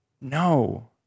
No